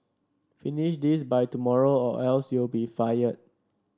finish this by tomorrow or else you'll be fired